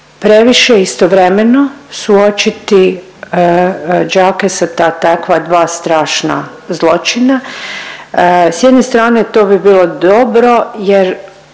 previše istovremeno suočiti đake sa takva dva strašna zločina. S jedne strane to bi bilo dobro jer